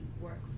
work